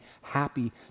happy